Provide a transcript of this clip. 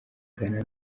ghana